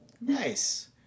Nice